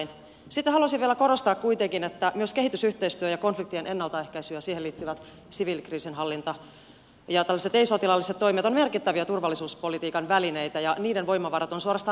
sitten haluaisin vielä korostaa kuitenkin että myös kehitysyhteistyö ja konfliktien ennaltaehkäisy ja siihen liittyvä siviilikriisinhallinta ja tällaiset ei sotilaalliset toimet ovat merkittäviä turvallisuuspolitiikan välineitä ja niiden voimavarat ovat suorastaan ensisijaisia